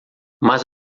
mas